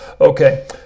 Okay